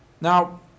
Now